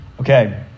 Okay